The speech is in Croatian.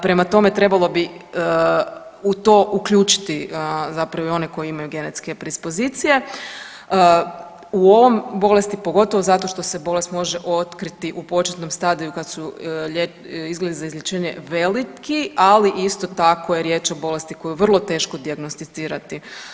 Prema tome, trebalo bi u to uključiti zapravo i one koji imaju genetske predispozicije u ovoj bolesti pogotovo zato što se bolest može otkriti u početnom stadiju kad su izgledi za izlječenje veliki, ali isto tako je riječ o bolesti koju je vrlo teško dijagnosticirati.